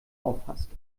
auffasst